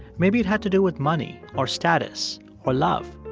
maybe it had to do with money or status or love.